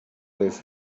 this